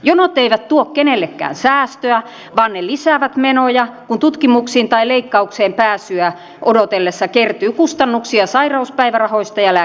jonot eivät tuo kenellekään säästöä vaan ne lisäävät menoja kun tutkimuksiin tai leikkaukseen pääsyä odotellessa kertyy kustannuksia sairauspäivärahoista ja lääkehoidoista